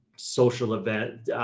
social event,